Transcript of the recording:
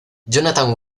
jonathan